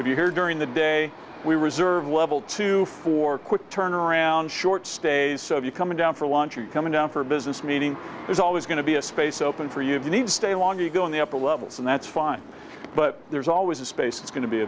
if you hear during the day we reserve level two for quick turnaround short stays so if you come down for lunch you come down for a business meeting there's always going to be a space open for you if you need stay longer you go in the upper levels and that's fine but there's always a space is going to be